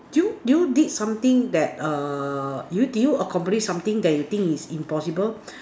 do you do you did something that err did you did you accomplish something that you think is impossible